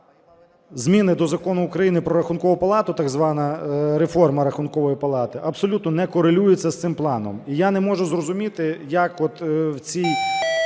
зміни до Закону України "Про Рахункову палату", так звана реформа Рахункової палати, абсолютно не корелюється з цим планом. І я не можу зрозуміти, як от в цій